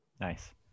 Nice